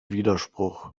widerspruch